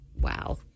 wow